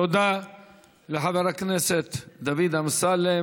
תודה לחבר הכנסת דוד אמסלם.